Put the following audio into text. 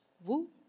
vous